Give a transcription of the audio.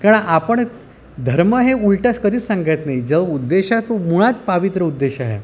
कारण आपण धर्म हे उलट्यास कधीच सांगत नाही जो उद्देश तो मुळात पवित्र उद्देश ह्या